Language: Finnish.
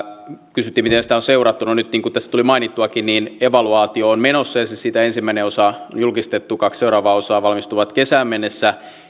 kysyttiin miten sitä on seurattu no nyt niin kuin tässä tuli mainittuakin evaluaatio on menossa ja siitä on ensimmäinen osa julkistettu kaksi seuraavaa osaa valmistuvat kesään mennessä